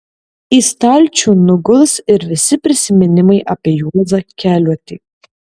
į stalčių nuguls ir visi prisiminimai apie juozą keliuotį